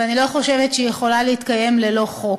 ואני לא חושבת שהיא יכולה להתקיים ללא חוק.